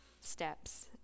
steps